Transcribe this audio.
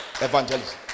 evangelism